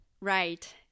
Right